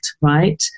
right